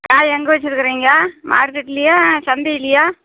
காய் எங்கே வச்சுருக்குறீங்க மார்கெட்லேயா சந்தையிலேயா